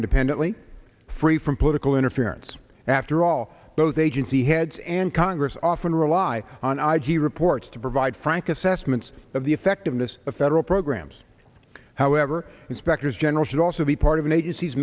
independently free from political interference after all those agency heads and congress often rely on i g reports to provide frank assessments of the effectiveness of federal programs however inspectors general should also be part of an agenc